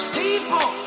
people